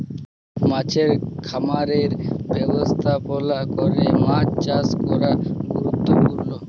মাছের খামারের ব্যবস্থাপলা ক্যরে মাছ চাষ ক্যরা গুরুত্তপুর্ল